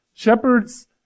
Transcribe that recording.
Shepherds